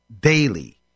daily